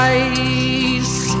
ice